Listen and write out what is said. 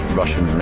russian